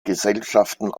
gesellschaften